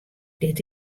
dit